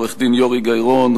עורך-דין יורי גיא-רון,